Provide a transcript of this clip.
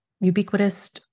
ubiquitous